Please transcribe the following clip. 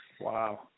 wow